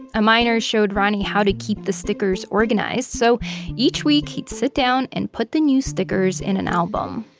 a miner showed ronnie how to keep the stickers organized. so each week he'd sit down and put the new stickers in an album.